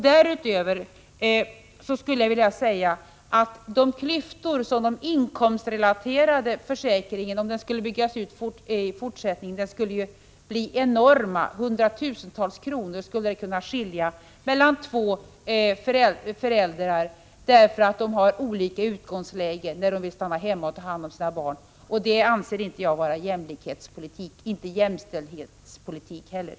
Därutöver skulle jag vilja säga att de klyftor som skulle uppstå om den inkomstrelaterade försäkringen byggs ut ytterligare skulle bli enorma. Hundratusentals kronor skulle kunna skilja mellan två föräldrar, därför att de har olika utgångsläge när de vill stanna hemma och ta hand om sina barn. Det anser inte jag vara jämlikhetspolitik, inte jämställdhetspolitik heller.